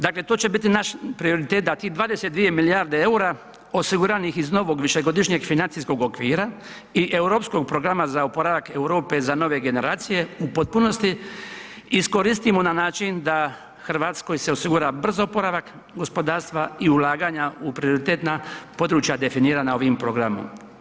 Dakle to će biti naš prioritet da tih 22 milijarde eura osiguranih iz novog višegodišnjeg financijskog okvira i europskog programa za oporavak Europe za nove generacije, u potpunosti iskoristimo na način da Hrvatskoj se osigura brz oporavak gospodarstva i ulaganja u prioritetna područja definirana ovim programom.